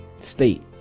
state